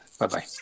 Bye-bye